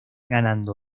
ganando